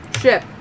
ship